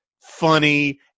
funny